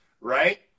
right